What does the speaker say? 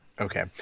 Okay